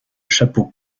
chapeau